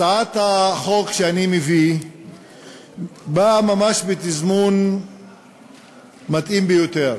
הצעת החוק שאני מביא באה ממש בתזמון מתאים ביותר.